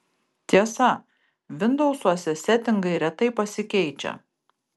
tiesa vindousuose setingai retai pasikeičia